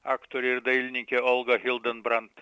aktorė ir dailininkė olga hildenbrant